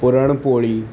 puran poli